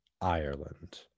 Ireland